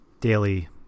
daily